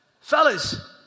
Fellas